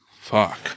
Fuck